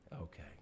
Okay